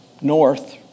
north